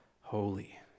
holy